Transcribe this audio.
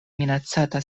minacata